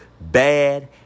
bad